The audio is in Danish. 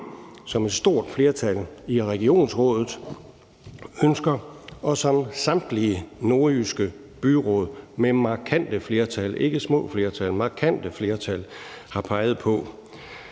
som et stort flertal i regionsrådet ønsker, og som samtlige nordjyske byråd med markante flertal – ikke små flertal, men markante flertal – har peget på.